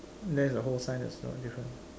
that's the whole sign that's a lot of different